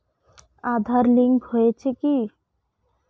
Aadhaar link হচ্ছে কি?